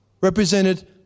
represented